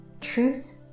truth